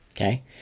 Okay